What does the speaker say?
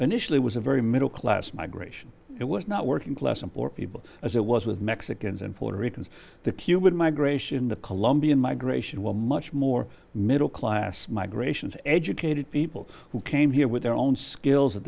initially was a very middle class migration it was not working class and poor people as it was with mexicans and puerto ricans the cuban migration the colombian migration were much more middle class migrations educated people who came here with their own skills that